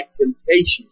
temptations